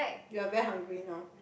you are very hungry now